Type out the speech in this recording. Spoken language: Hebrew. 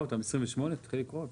לקרוא אותן, 28. צריך לקרוא אותן.